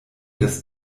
des